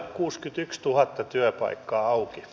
se kuva on pelottavan rujo